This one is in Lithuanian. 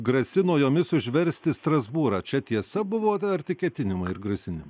grasino jomis užversti strasbūrą čia tiesa buvo ar tik ketinimai ar grasinimai